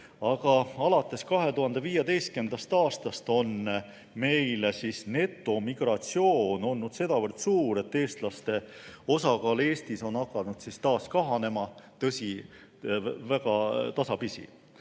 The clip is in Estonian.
Aga alates 2015. aastast on netomigratsioon olnud sedavõrd suur, et eestlaste osakaal Eestis on hakanud taas kahanema. Tõsi, väga tasapisi.